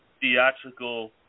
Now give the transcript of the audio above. theatrical